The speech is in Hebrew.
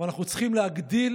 ואנחנו צריכים להגדיל